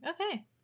okay